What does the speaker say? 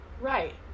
Right